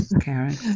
Karen